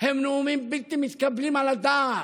הם נאומים בלתי מתקבלים על הדעת,